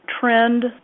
trend